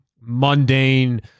mundane